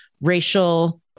racial